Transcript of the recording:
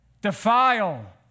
defile